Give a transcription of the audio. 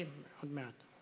מצביעים עוד מעט.